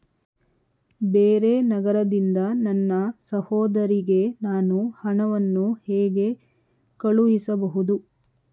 ಬೇರೆ ನಗರದಿಂದ ನನ್ನ ಸಹೋದರಿಗೆ ನಾನು ಹಣವನ್ನು ಹೇಗೆ ಕಳುಹಿಸಬಹುದು?